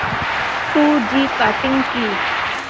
Two G cutting কি?